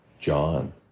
John